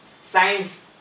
science